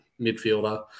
midfielder